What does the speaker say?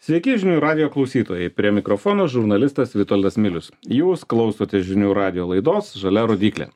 sveiki žinių radijo klausytojai prie mikrofono žurnalistas vitoldas milius jūs klausote žinių radijo laidos žalia rodyklė